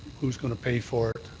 who's going to pay for it.